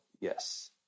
Yes